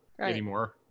anymore